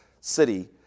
city